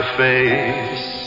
face